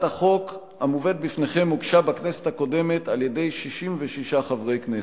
החוק המובאת בפניכם הוגשה בכנסת הקודמת על-ידי 66 חברי כנסת.